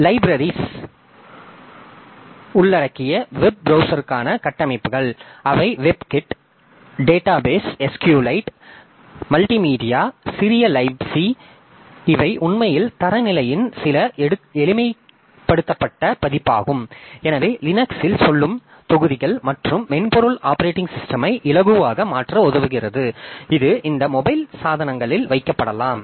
libraries உள்ளடக்கிய web பிரௌசர்க்கான கட்டமைப்புகள் அவை WebKit database SQ lite multimedia சிறிய libc இவை உண்மையில் தரநிலையின் சில எளிமைப்படுத்தப்பட்ட பதிப்பாகும் எனவே லினக்ஸில் சொல்லும் தொகுதிகள் மற்றும் மென்பொருள்கள் ஆப்பரேட்டிங் சிஸ்டம்மை இலகுவாக மாற்ற உதவுகிறது இது இந்த மொபைல் சாதனங்களில் வைக்கப்படலாம்